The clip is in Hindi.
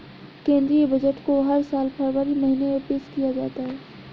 केंद्रीय बजट को हर साल फरवरी महीने में पेश किया जाता है